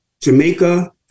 Jamaica